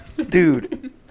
Dude